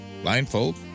blindfold